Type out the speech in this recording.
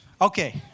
Okay